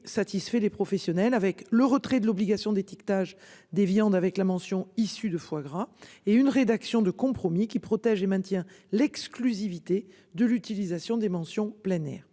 satisfait les professionnels avec le retrait de l'obligation d'étiquetage des viandes avec la mention issus de foie gras et une rédaction de compromis qui protège et maintient l'exclusivité de l'utilisation des mentions plein air.